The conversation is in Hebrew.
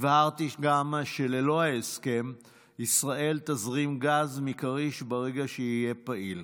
הבהרתי גם שללא ההסכם ישראל תזרים גז מכריש ברגע שיהיה פעיל,